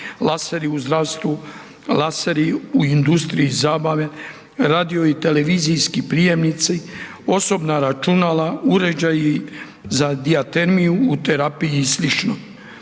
laseri u zdravstvu, laseri u industriji zabave, radio i televizijski prijemnici, osobna računala, uređaji za dijatermiju u terapiji i sl.